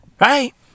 Right